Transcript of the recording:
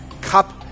Cup